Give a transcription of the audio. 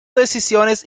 decisiones